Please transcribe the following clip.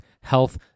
health